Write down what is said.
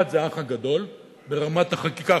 אחד זה "האח הגדול" ברמת החקיקה,